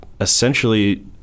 essentially